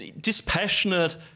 dispassionate